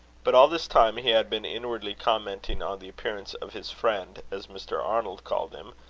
but all this time he had been inwardly commenting on the appearance of his friend, as mr. arnold called him,